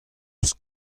eus